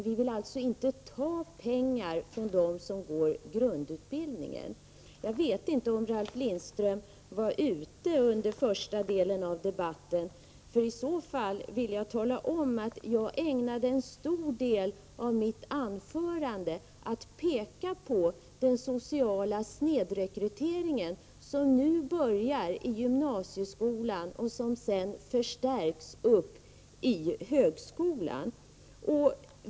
Vi vill alltså inte ta pengar från dem som genomgår grundutbildningen. Jag vet inte om Ralf Lindström var ute under första delen av debatten. I så fall vill jag tala om att jag ägnade en stor del av mitt anförande åt att peka på den sociala snedrekrytering som nu börjar i gymnasieskolan och sedan förstärks upp i högskolan.